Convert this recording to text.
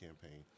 campaign